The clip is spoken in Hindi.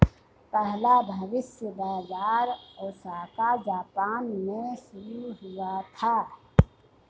पहला भविष्य बाज़ार ओसाका जापान में शुरू हुआ था